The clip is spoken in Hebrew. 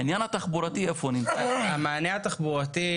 העניין התחבורתי איפה הוא נמצא?